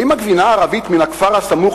האם הגבינה הערבית מן הכפר הסמוך,